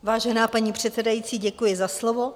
Vážená paní předsedající, děkuji za slovo.